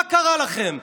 מה קרה לכם?